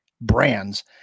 brands